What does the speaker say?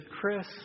Chris